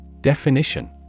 Definition